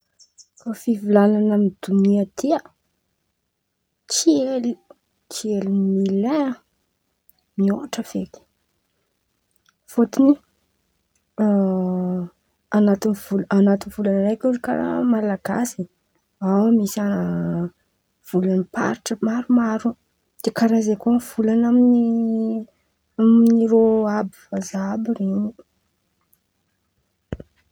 Kô fivolan̈ana amy donia ity a, tsy hely mily e môtra feky fôtiny an̈aty vol- an̈aty volan̈a araiky karàha Malagasy ao misy volam-paritra maromaro de karàha zen̈y kà volan̈a aminy amin̈'ireô àby vazaha àby ren̈y.